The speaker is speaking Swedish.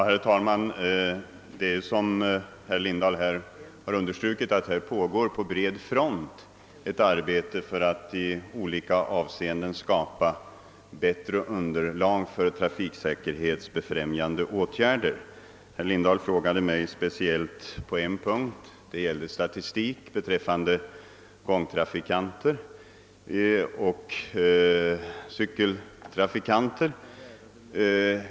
Herr talman! Som herr Lindahl understrukit pågår ett arbete på bred front för att i olika avseenden skapa bättre underlag för trafiksäkerhetsbefrämjande åtgärder. Herr Lindahl ställde nu en fråga till mig på en speciell punkt — om det fanns statistik på antalet dödade och skadade fotgängare och cyklister.